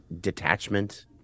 detachment